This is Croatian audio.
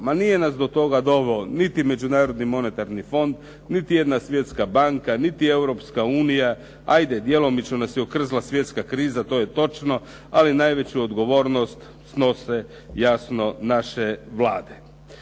Ma nije nas do toga doveo niti Međunarodni monetarni fond, niti jedna svjetska banka, niti Europska unija, ajde djelomično nas je okrznula svjetska kriza, to je točno, ali najveću odgovornost snose jasno naše Vlade.